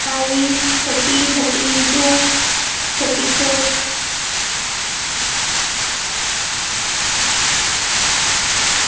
size thirty thirty two thirty four